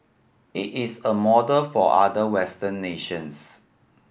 it is a model for other Western nations